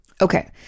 okay